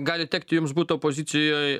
gali tekti jums būt opozicijoj